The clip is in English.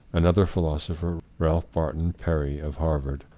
another philosopher, ralph barton perry of harvard,